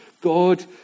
God